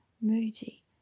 Moody